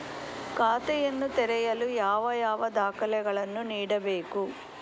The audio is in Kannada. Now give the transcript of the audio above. ಖಾತೆಯನ್ನು ತೆರೆಯಲು ಯಾವ ಯಾವ ದಾಖಲೆಗಳನ್ನು ನೀಡಬೇಕು?